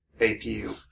APU